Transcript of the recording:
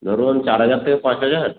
ধরুন চার হাজার থেকে পাঁচ হাজার